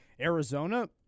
Arizona